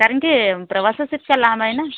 कारण की प्रवासच तितका लांब आहे ना